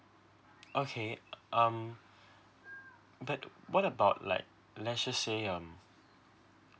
okay um but what about like let's just say um